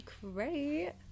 great